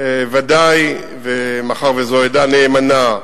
מאחר שזו עדה נאמנה,